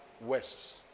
west